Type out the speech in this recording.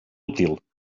útil